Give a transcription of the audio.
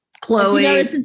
Chloe